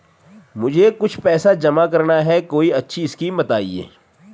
मुझे कुछ पैसा जमा करना है कोई अच्छी स्कीम बताइये?